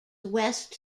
west